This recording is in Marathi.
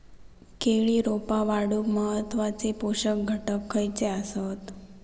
केळी रोपा वाढूक महत्वाचे पोषक घटक खयचे आसत?